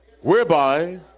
whereby